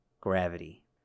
gravity